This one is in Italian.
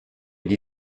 dei